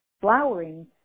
flowering